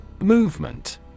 Movement